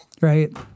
right